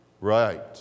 Right